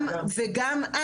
גם אז,